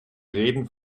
reden